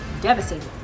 devastated